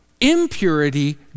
impurity